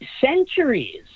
centuries